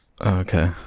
okay